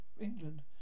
England